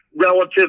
relative